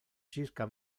circa